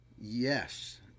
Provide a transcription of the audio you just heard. Yes